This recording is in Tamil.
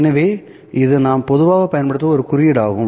எனவே இது நாம் பொதுவாக பயன்படுத்தும் ஒரு குறியீடாகும்